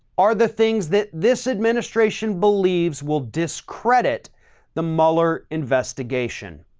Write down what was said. are the things that this administration believes will discredit the mueller investigation.